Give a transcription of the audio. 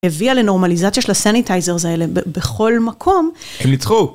הביאה לנורמליזציה של הסניטייזר האלה בכל מקום. הם ניצחו.